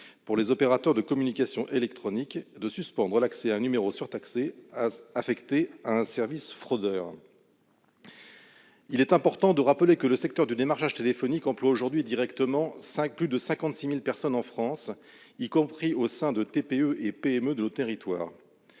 aux opérateurs de communications électroniques de suspendre l'accès à un numéro surtaxé affecté à un service fraudeur. Il est important de rappeler que le secteur du démarchage téléphonique emploie aujourd'hui directement plus de 56 000 personnes en France, y compris au sein de TPE et de PME de nos territoires.